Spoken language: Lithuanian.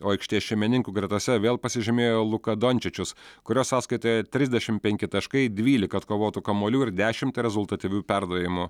o aikštės šeimininkų gretose vėl pasižymėjo luka dončičius kurio sąskaitoje trisdešimt penki taškai dvylika atkovotų kamuolių ir dešimt rezultatyvių perdavimų